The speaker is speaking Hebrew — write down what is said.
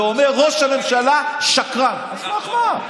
שפכת מילים.